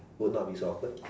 would not be so awkward